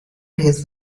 his